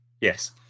Yes